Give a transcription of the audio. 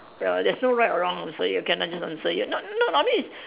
ya there's no right or wrong answer you can not just answer you're not not no this is